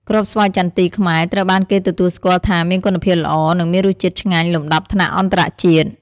គ្រាប់ស្វាយចន្ទីខ្មែរត្រូវបានគេទទួលស្គាល់ថាមានគុណភាពល្អ និងមានរសជាតិឆ្ងាញ់លំដាប់ថ្នាក់អន្តរជាតិ។